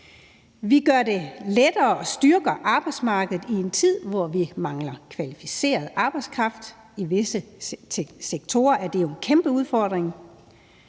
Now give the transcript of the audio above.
Vi gør det lettere og styrker arbejdsmarkedet i en tid, hvor vi mangler kvalificeret arbejdskraft. I visse sektorer er det jo en kæmpe udfordring.